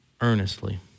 earnestly